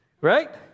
Right